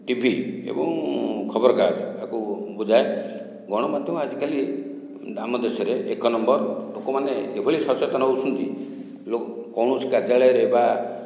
TV ଏବଂ ଖବର କାଗଜ ଆକୁ ବୁଝାଏ ଗଣମାଧ୍ୟମ ଆଜି କାଲି ଆମ ଦେଶରେ ଏକ ନମ୍ବର ଲୋକମାନେ ଏଭଳି ସଚେତନ ହେଉଛନ୍ତି କୌଣସି କାର୍ଯ୍ୟାଳୟରେ ବା